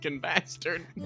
bastard